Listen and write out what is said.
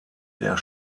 der